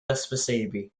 hysbysebu